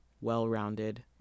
well-rounded